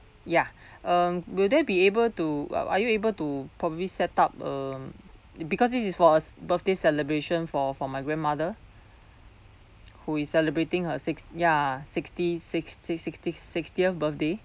ya um will there be able to uh are you able to probably set up um because this is for a birthday celebration for for my grandmother who is celebrating her six ya sixty sixty sixty sixtieth birthday